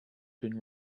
been